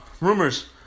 Rumors